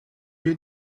you